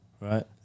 Right